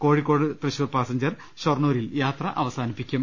Kozhikode Thrissur passenger ഷൊർണൂരിൽ യാത്ര അവസാനിപ്പിക്കും